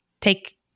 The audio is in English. take